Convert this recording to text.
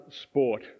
sport